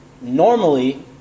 normally